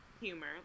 humor